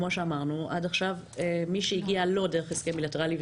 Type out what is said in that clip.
עד עכשיו למי שהגיע לא דרך הסכם בילטרלי,